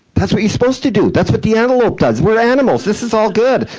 that's what you're supposed to do! that's what the antelope does! we're animals! this is all good!